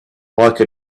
like